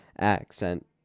accent